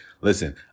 listen